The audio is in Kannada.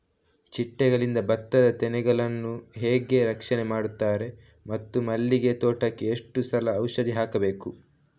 ಚಿಟ್ಟೆಗಳಿಂದ ಭತ್ತದ ತೆನೆಗಳನ್ನು ಹೇಗೆ ರಕ್ಷಣೆ ಮಾಡುತ್ತಾರೆ ಮತ್ತು ಮಲ್ಲಿಗೆ ತೋಟಕ್ಕೆ ಎಷ್ಟು ಸಲ ಔಷಧಿ ಹಾಕಬೇಕು?